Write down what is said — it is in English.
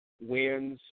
wins